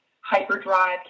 hyperdrive